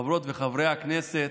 חברות וחברי הכנסת,